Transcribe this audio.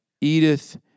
Edith